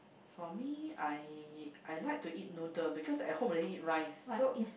for me I I like to eat noodle because at home already eat rice so